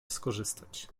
skorzystać